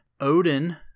Odin